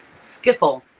Skiffle